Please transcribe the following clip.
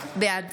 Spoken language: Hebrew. בעד